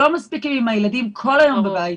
לא מספיק שהן עם הילדים כל היום בבית,